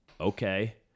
okay